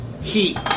heat